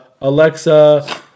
Alexa